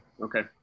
Okay